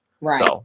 Right